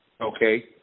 Okay